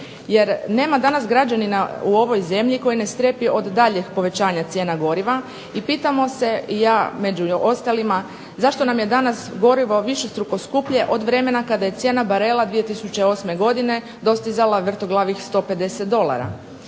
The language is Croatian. Jer nema danas građanina u ovoj zemlji koji ne strepi od daljnjeg povećanja cijena goriva i pitamo se, ja među ostalima zašto nam je danas gorivo dvostruko skuplje od vremena kada je cijena barela 2008. godine dostizala vrtoglavih 150 dolara.